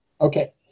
Okay